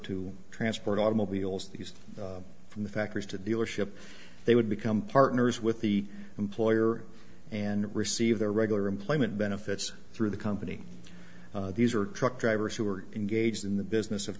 to transport automobiles these from the factories to dealership they would become partners with the employer and receive their regular employment benefits through the company these are truck drivers who are engaged in the business of